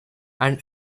and